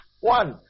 One